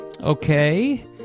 Okay